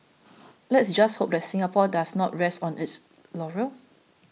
let's just hope that Singapore does not rest on its laurels